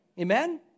Amen